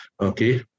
Okay